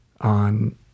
on